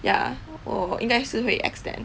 ya 我应该是会 extend